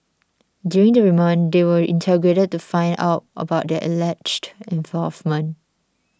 during the remand they will interrogated to find out about their alleged involvement